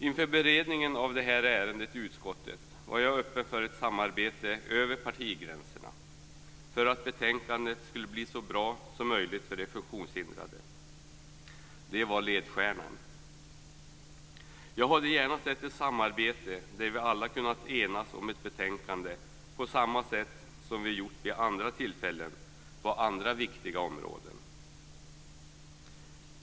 Inför beredningen av det här ärendet i utskottet var jag öppen för ett samarbete över partigränserna för att betänkandet skulle bli så bra som möjligt för de funktionshindrade. Det var ledstjärnan. Jag hade gärna sett ett samarbete där vi alla hade kunnat enas om ett betänkande på samma sätt som vi gjort vid andra tillfällen på andra viktiga områden.